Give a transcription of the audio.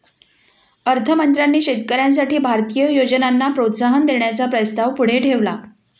अर्थ मंत्र्यांनी शेतकऱ्यांसाठी भारतीय योजनांना प्रोत्साहन देण्याचा प्रस्ताव पुढे ठेवला